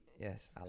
yes